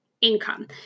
income